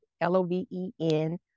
l-o-v-e-n